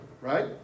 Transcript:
right